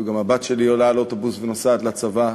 בדיוק גם הבת שלי עולה על אוטובוס ונוסעת לצבא,